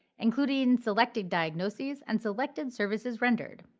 including, selected diagnoses and selected services rendered.